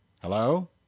Hello